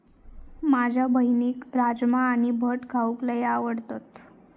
माझ्या बहिणीक राजमा आणि भट खाऊक लय आवडता